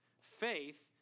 faith